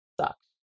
sucks